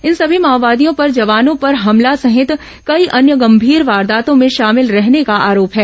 इन समी माओवादियों पर जवानों पर हमला सहित कई अन्य गंभीर वारदातों में शामिल रहने का आरोप है